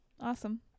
Awesome